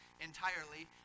entirely